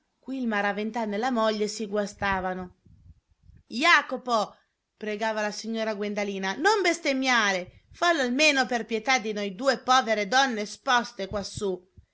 qui il maraventano e la moglie si guastavano jacopo pregava la signora guendalina non bestemmiare fallo almeno per pietà di noi due povere donne esposte quassù